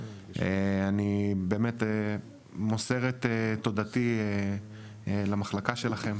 אני באמת מוסר את תודתי למחלקה שלכם.